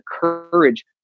courage